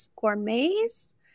Gourmets